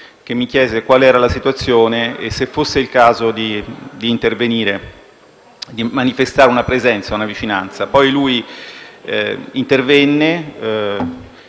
che mi chiese quale fosse la situazione e se fosse il caso di intervenire, di manifestare una presenza e una vicinanza. Poi lui intervenne